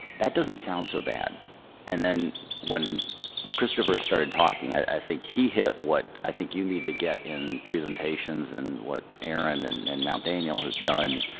that doesn't sound so bad and then when christopher started talking i think he hit what i think you need to get in presentations and what erin and and mt. daniel has done